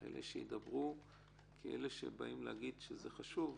אין צורך להגיד שזה חשוב,